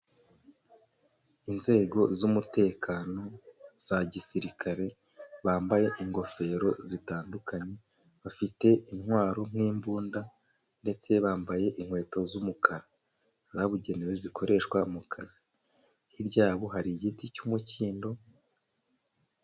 Inzego z'umutekano za gisirikare. Bambaye ingofero zitandukanye, bafite intwaro nk'imbunda ndetse bambaye inkweto z'umukara zabugenewe zikoreshwa mu kazi. Hirya yabo hari igiti cy'umukindo.